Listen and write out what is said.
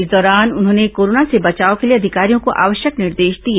इस दौरान उन्होंने कोरोना से बचाव के लिए अधिकारियों को आवश्यक निर्देश दिए